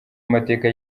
amateka